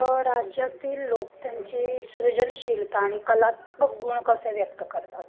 राज्यातील लोक त्यांची सृजनशीलता आणि कलात्मक गुण कसे व्यक्त करतात